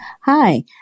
Hi